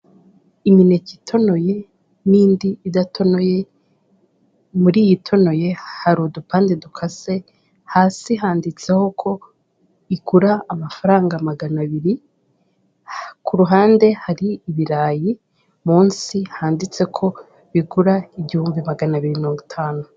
Imineke itonoye n'indi idatonoye, muri iyo itonoye hari udupande dukase, hasi handitseho ko igura amafaranga magana abiri, ku ruhande hari ibirayi munsi handitse ko bigura igihumbi magana abiri na mirongo itanu.